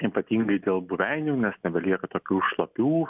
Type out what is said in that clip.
ypatingai dėl buveinių nes nebelieka tokių šlapių